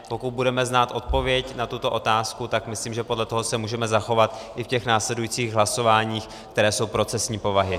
Pokud budeme znát odpověď na tuto otázku, tak myslím, že podle toho se můžeme zachovat i v těch následujících hlasováních, která jsou procesní povahy.